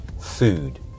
food